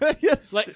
Yes